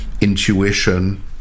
intuition